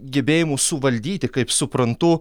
gebėjimu suvaldyti kaip suprantu